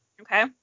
okay